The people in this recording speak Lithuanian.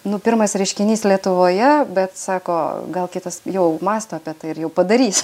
nu pirmas reiškinys lietuvoje bet sako gal kitas jau mąsto apie tai ir jau padarys